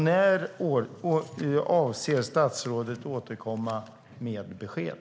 När avser statsrådet att återkomma med besked?